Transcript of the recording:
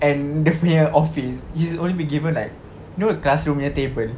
and dia punya office she's only be given like know classroom nya table